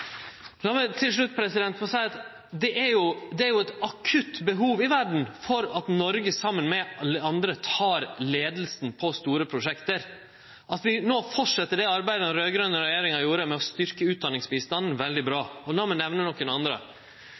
til slutt få seie at det er eit akutt behov i verda for at Noreg saman med alle andre tek leiinga på store prosjekt. At vi no fortset det arbeidet den raud-grøne regjeringa gjorde med å styrkje utdanningsbistanden, er veldig bra, og lat meg nemne nokre andre.